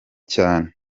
cyane